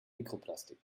mikroplastik